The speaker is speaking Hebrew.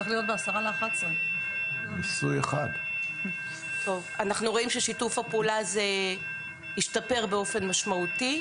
אנחנו רואים ששיתוף הפעולה הזה השתפר באופן משמעותי;